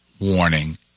Warning